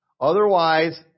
Otherwise